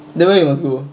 then where you must go